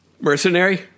Mercenary